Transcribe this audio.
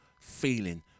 feeling